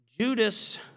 Judas